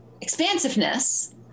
expansiveness